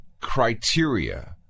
criteria